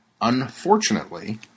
Unfortunately